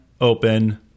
open